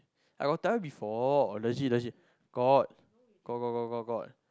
I got tell you before legit legit got got got got got got